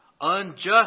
Unjust